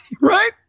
Right